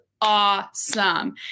awesome